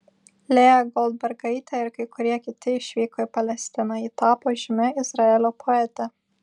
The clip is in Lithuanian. lėja goldbergaitė ir kai kurie kiti išvyko į palestiną ji tapo žymia izraelio poete